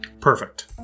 Perfect